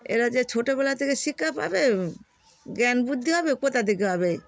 এরা যে ছোটবেলা থেকে শিক্ষা পাবে জ্ঞান বুদ্ধি হবে কোথা থেকে হবে